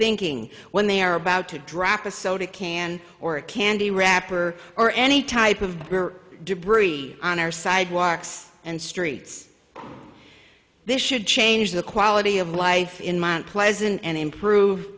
thinking when they are about to drop a soda can or a candy wrapper or any type of debris on our sidewalks and streets this should change the quality of life in mt pleasant and improve